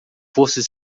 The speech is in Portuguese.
forças